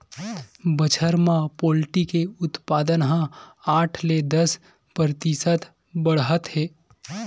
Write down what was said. बछर म पोल्टी के उत्पादन ह आठ ले दस परतिसत बाड़हत हे